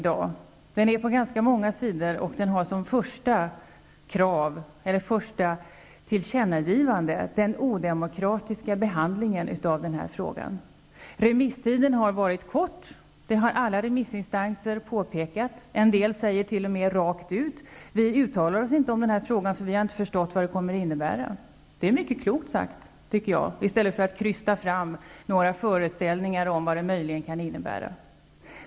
Den omfattar ganska många sidor och har som första tillkännagivande den odemokratiska behandlingen av den här frågan. Remisstiden har varit kort. Det har alla remissinstanser påpekat. En del säger t.o.m. rakt ut: Vi uttalar oss inte om den här frågan, för vi har inte förstått vad den kommer att innebära. Jag tycker att det är mycket klokt sagt, i stället för att man försöker krysta fram några föreställningar om vad det möjligen kan innebära.